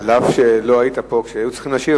אף שלא היית פה כשהיה צריך להשיב,